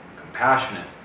compassionate